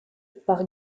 par